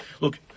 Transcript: look